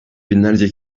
binlerce